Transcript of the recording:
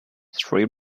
three